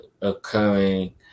occurring